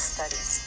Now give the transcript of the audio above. Studies